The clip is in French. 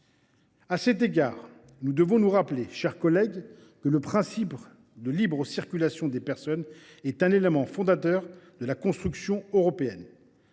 collègues, nous devons nous rappeler que le principe de libre circulation des personnes est un élément fondateur de la construction européenne.